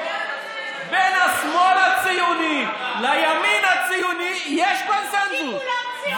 בין השמאל הציוני לימין הציוני יש קונסנזוס,